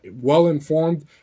well-informed